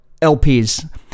LPs